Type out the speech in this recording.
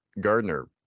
Gardner